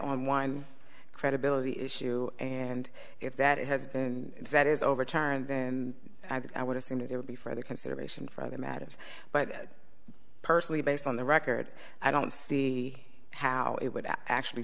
on one credibility issue and if that has been that is overturned then i would assume that there would be further consideration for other matters but personally based on the record i don't see how it would have actually